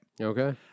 Okay